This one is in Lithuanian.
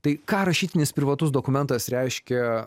tai ką rašytinis privatus dokumentas reiškia